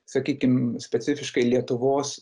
sakykim specifiškai lietuvos